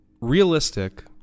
realistic